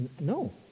No